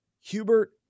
Hubert